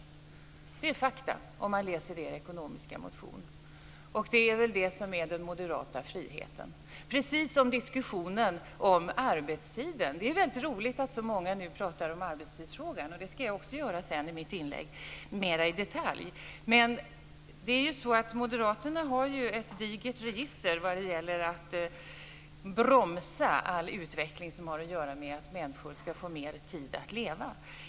Det är fakta om man läser Moderaternas ekonomiska motion. Det är väl det som är den moderata friheten. Det är samma sak med diskussionen om arbetstiden. Det är roligt att så många nu pratar om arbetstidsfrågan, och det ska jag också göra i mitt inlägg mera i detalj. Moderaterna har ett digert register vad gäller att bromsa all utveckling som har att göra med att människor ska få mer tid att leva.